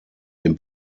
dem